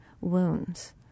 wounds